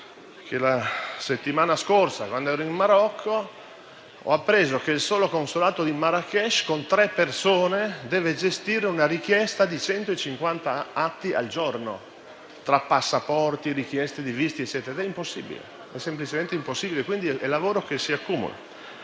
la settimana scorsa, quando ero in Marocco, ho appreso che il solo consolato di Marrakech, con tre persone, deve gestire una richiesta di 150 atti al giorno, tra passaporti, richieste di visti e quant'altro: è semplicemente impossibile, quindi è lavoro che si accumula.